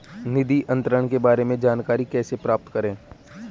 निधि अंतरण के बारे में जानकारी कैसे प्राप्त करें?